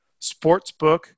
sportsbook